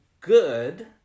good